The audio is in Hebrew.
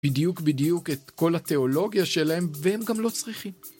בדיוק בדיוק את כל התיאולוגיה שלהם והם גם לא צריכים.